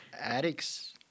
addicts